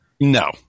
no